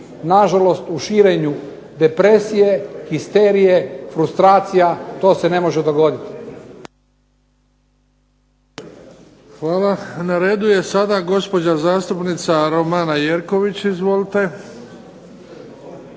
Nažalost u širenju depresije, histerije, frustracija to se ne može dogoditi. **Bebić, Luka (HDZ)** Hvala. Na redu je sada gospođa zastupnica Romana Jerković. Izvolite.